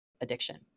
addiction